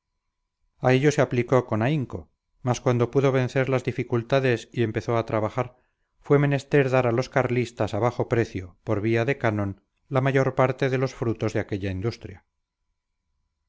a ello se aplicó con ahínco mas cuando pudo vencer las dificultades y empezó a trabajar fue menester dar a los carlistas a bajo precio por vía de canon la mayor parte de los frutos de aquella industria